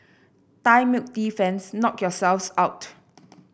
thai milk tea fans knock yourselves out